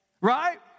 right